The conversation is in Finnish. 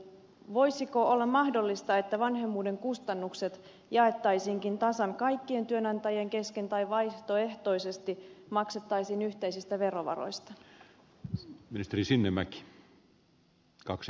voisiko olla mahdollista että vanhemmuuden kustannukset jaettaisiinkin tasan kaikkien työnantajien kesken tai vaihtoehtoisesti maksettaisiin yhteisistä verovaroista